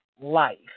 life